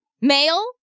male